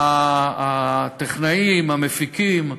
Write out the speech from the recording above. הטכנאים, המפיקים,